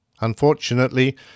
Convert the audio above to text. Unfortunately